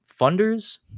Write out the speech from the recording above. funders